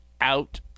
out